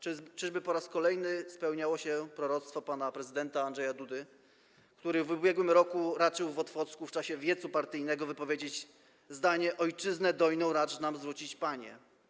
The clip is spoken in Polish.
Czyżby po raz kolejny spełniało się proroctwo pana prezydenta Andrzeja Dudy, który w ubiegłym roku raczył w Otwocku w czasie wiecu partyjnego wypowiedzieć zdanie: ojczyznę dojną racz nam zwrócić, Panie?